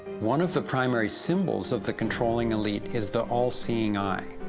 one of the primary symbols of the controlling elite is the all-seeing eye.